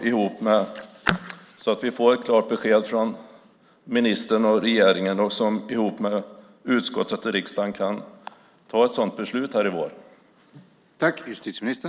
Det vore bra att få ett klart besked från ministern och regeringen, så att vi i riksdagen kan fatta ett sådant beslut i vår.